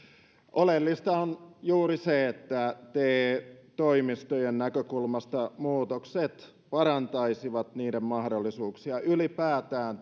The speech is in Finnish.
oleellista on juuri se että te toimistojen näkökulmasta muutokset parantaisivat niiden mahdollisuuksia ylipäätään